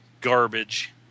garbage